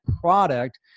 product